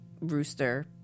rooster